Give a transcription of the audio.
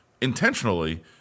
intentionally